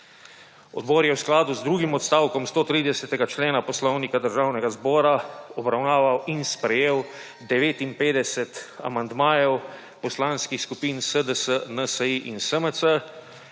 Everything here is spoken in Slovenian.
Odbor je v skladu z drugim odstavkom 130. člena Poslovnika Državnega zbora obravnaval in sprejel 59 amandmajev poslanskih skupin SDS, NSi in SMC.